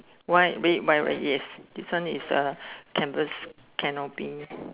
white red white red yes this one is a canvas canopy